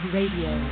Radio